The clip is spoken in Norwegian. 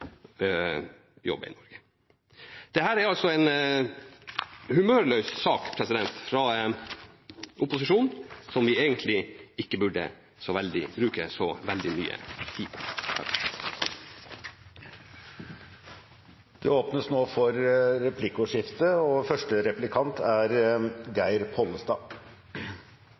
er en humørløs sak fra opposisjonen, som vi egentlig ikke burde bruke så veldig mye tid på. Det blir replikkordskifte. Jeg vil si at jeg synes representanten Bakke-Jensen tok litt vel lett på dette og